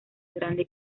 grande